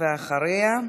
אחריה,